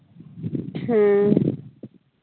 ᱦᱮᱸ